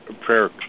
prayer